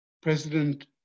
President